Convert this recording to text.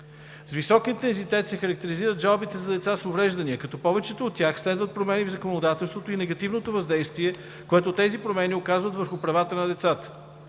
С висок интензитет се характеризират жалбите за деца с увреждания, като повечето от тях следват промени в законодателството и негативното въздействие, което тези промени оказват върху правата на децата.